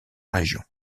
région